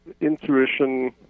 intuition